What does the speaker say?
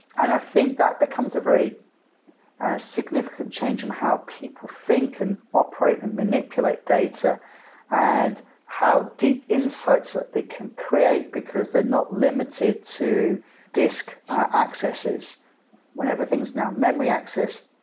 and i think that becomes a very significant change in how people think and operate and manipulate data and how deep insights that they can create because they're not limited to disk accesses. when everything is now memory accessed,